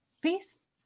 peace